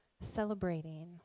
celebrating